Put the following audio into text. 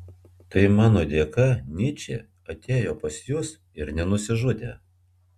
tai mano dėka nyčė atėjo pas jus ir nenusižudė